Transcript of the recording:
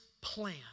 plan